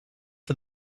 for